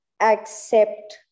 accept